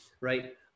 right